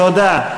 תודה.